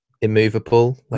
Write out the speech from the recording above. immovable